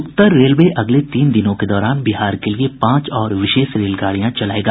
उत्तर railway अगले तीन दिनों के दौरान बिहार के लिए पांच और विशेष रेलगाड़ियां चलाएगा